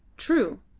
true!